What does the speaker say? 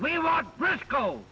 we go